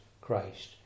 Christ